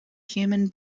human